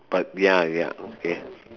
but ya ya okay